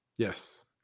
yes